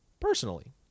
Personally